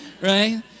right